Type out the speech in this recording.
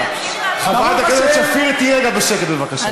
חברת הכנסת, תהיי רגע בשקט בבקשה.